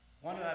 One